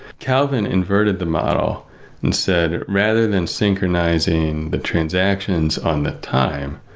calvin inverted the model and said rather than synchronizing the transactions on the time,